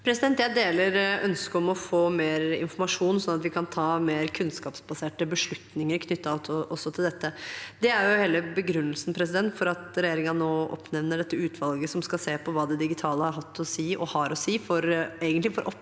Jeg deler ønsket om å få mer informasjon, sånn at vi kan ta mer kunnskapsbaserte beslutninger knyttet også til dette. Det er hele begrunnelsen for at regjeringen nå oppnevner dette utvalget som skal se på hva det digitale har hatt å si,